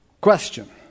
Question